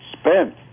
spent